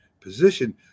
position